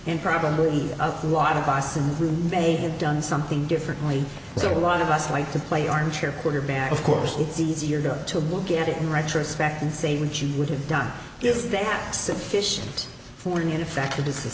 and probably a lot of us in the room may have done something differently so a lot of us like to play armchair quarterback of course it's easier to look at it in retrospect and say what you would have done if there sufficient for an ineffective